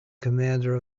commander